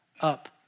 up